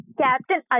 captain